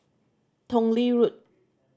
Tong Lee Road